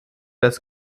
das